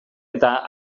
eta